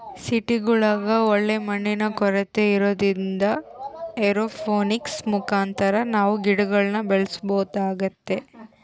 ಸಿಟಿಗುಳಗ ಒಳ್ಳೆ ಮಣ್ಣಿನ ಕೊರತೆ ಇರೊದ್ರಿಂದ ಏರೋಪೋನಿಕ್ಸ್ ಮುಖಾಂತರ ನಾವು ಗಿಡಗುಳ್ನ ಬೆಳೆಸಬೊದಾಗೆತೆ